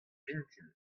vintin